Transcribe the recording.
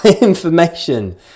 Information